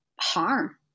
harm